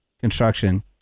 Construction